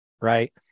Right